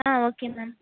ah okay ma'am